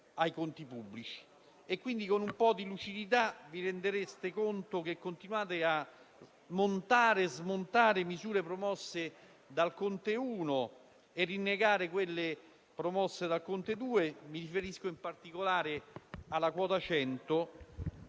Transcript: Con un po' di lucidità, vi rendereste conto che continuate a montare e smontare misure promosse dal Governo Conte 1 e a rinnegare quelle promosse dal Governo Conte 2, mi riferisco in particolare alla quota 100